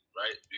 right